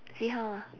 see how ah